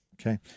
Okay